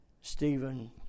Stephen